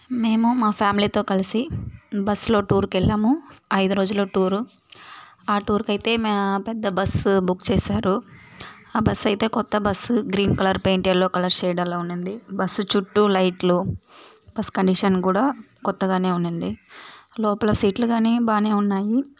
మేము మా ఫ్యామిలీతో కలిసి బస్సులో టూర్కి వెళ్ళాము ఐదు రోజుల టూరు ఆ టూర్కి అయితే పెద్ద బస్సు బుక్ చేశారు ఆ బస్సు అయితే కొత్త bus green colour paint yellow colour shade అలా ఉన్నింది బస్సు చుట్టూ లైట్లు బస్సు కండిషన్ కూడా కొత్తగానే ఉన్నింది లోపల సీట్లు కానీ బాగానే ఉన్నాయి